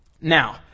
Now